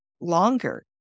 longer